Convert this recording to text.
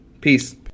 Peace